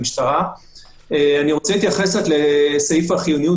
למשטרה יש קושי רב לבצע פעולות חקירה מסוימות גם חקירה פרונטלית,